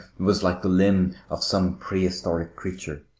was like the limb of some prehistoric creature.